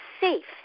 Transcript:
safe